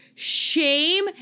shame